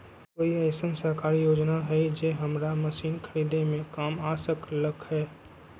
कोइ अईसन सरकारी योजना हई जे हमरा मशीन खरीदे में काम आ सकलक ह?